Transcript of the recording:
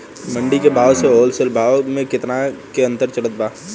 मंडी के भाव से होलसेल भाव मे केतना के अंतर चलत बा?